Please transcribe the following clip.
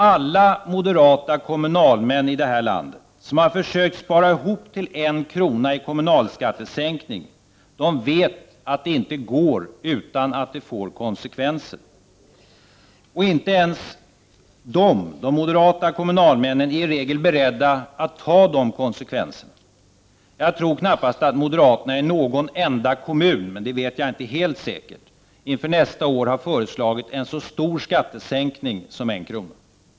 Alla moderata komunalmän i detta land som har försökt spara ihop till en krona i kommunalskattesänkning vet att det inte går utan att det får konsekvenser. Och inte ens de moderata kommunalmännen är i regel beredda att ta de konsekvenserna. Jag tror knappast att moderaterna i någon enda kommun — jag vet inte säkert — inför nästa år har föreslagit en så stor skattesänkning som en krona.